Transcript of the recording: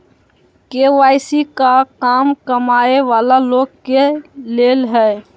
KYC का कम कमाये वाला लोग के लेल है?